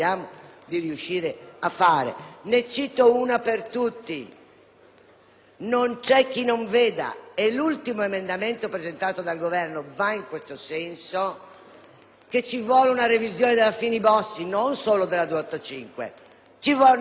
non c'è chi non veda - e l'ultimo emendamento presentato dal Governo va in tal senso - che ci vuole una revisione della Fini-Bossi. Ci vuole una revisione della Fini-Bossi perché tutto il marchingegno non funziona.